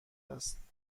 است